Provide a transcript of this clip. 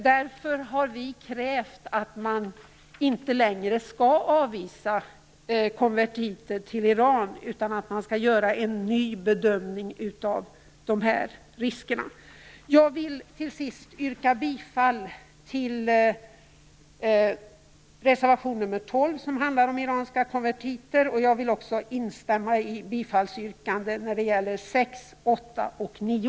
Därför har vi krävt att man inte längre skall avvisa konvertiter till Iran, utan att man skall göra en ny bedömning av riskerna. Jag vill till sist yrka bifall till reservation nr 12, som handlar om iranska konvertiter. Jag vill också instämma i yrkandena om bifall till reservationerna 6,